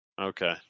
Okay